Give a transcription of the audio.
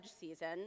season